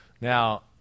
Now